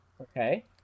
okay